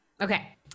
Okay